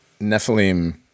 nephilim